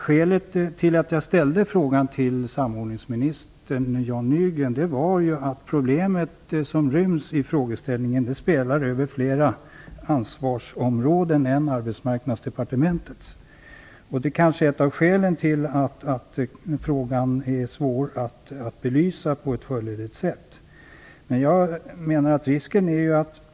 Skälet till att jag ställde frågan till samordningsminister Jan Nygren var att det problem som ryms i frågan spelar över flera ansvarsområden än Arbetsmarknadsdepartementets. Det är kanske ett av skälen till att frågan är svår att belysa på ett fullödigt sätt.